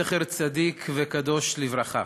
זכר צדיק וקדוש לברכה,